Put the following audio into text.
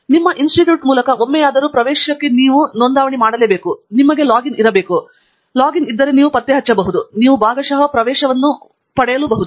ನಿಮ್ಮ ಇನ್ಸ್ಟಿಟ್ಯೂಟ್ ಮೂಲಕ ಒಮ್ಮೆಯಾದರೂ ಪ್ರವೇಶಕ್ಕೆ ನೀವು ಈಗಾಗಲೇ ನೋಂದಾಯಿಸಿದ್ದರೆ ನೀವು ಲಾಗ್ ಇನ್ ಮಾಡಿದ್ದೀರಿ ಎಂದು ಪತ್ತೆಹಚ್ಚಬಹುದು ಮತ್ತು ನೀವು ಭಾಗಶಃ ಪ್ರವೇಶವನ್ನು ಒದಗಿಸಬಹುದು